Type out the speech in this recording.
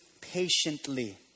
patiently